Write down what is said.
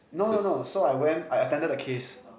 no no no so I went I attended the case